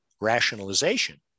rationalization